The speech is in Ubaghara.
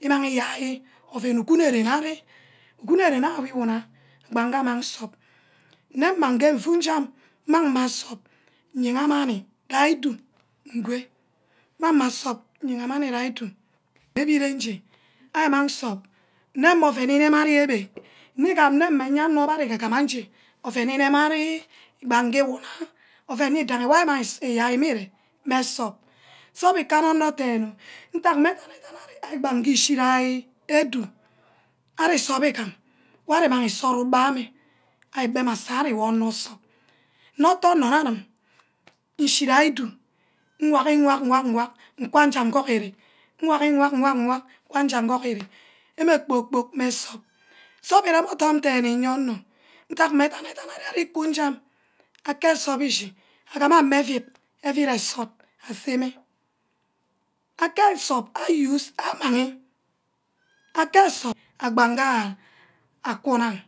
imang iyai ouen ugunor gbang gee amang nsup, nene bang gre nfu jam, mmang ma nsup nyigah manni gai edu ngwe mmang sup nyiga mani dia edu, ke wireng nje ari mang nsup nsue neh mey ouen inaneh ari ebeh, nmigam meh ayanor ari gagama nje ouen ineme ari gbang gee iwuna, ouen widagi wor ari mang nsup iyai meh ire meh nsup, sup kana onor deney, ntack meh gama-gamah ari gbange ishighai edu ari nsue igam wor ari imang isara ugbameh ari bem asari wor onor usor, notoh onor nne anim, ichi gai edu, ngawagi, ngwag nkaja guriri, nwagi, ngwag nwag nkaja guriri emeh kpor-kpork meh nsup. sup ireme odum dene iyeah owr, ntack mmeh adadam ariku njam ake nsup ishi agama mmeh euid, euid esirt aseme, atte nsup are use amagi ake nsup abanga akuna.